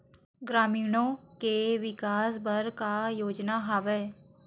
ग्रामीणों के विकास बर का योजना हवय?